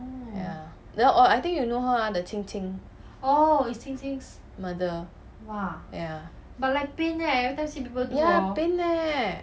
ya oh I think you know her ah the qing qing ya ya pain eh